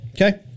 Okay